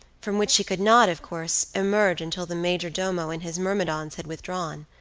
from which she could not, of course, emerge until the majordomo and his myrmidons had withdrawn.